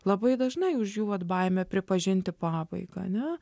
labai dažnai už jų vat baimė pripažinti pabaigą ane